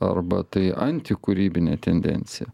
arba tai antikūrybinė tendencija